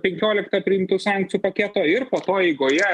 penkioliktą priimtų sankcijų paketo ir po to eigoje